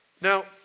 Now